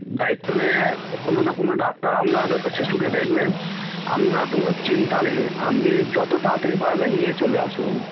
দায়িত্ব নেয় কোনো না কোনো ডাক্তার আপনার শিশুকে দেখবেন আপনার কোনো চিন্তা নেই আপনি যতো তাড়াতাড়ি পারবেন নিয়ে চলে আসুন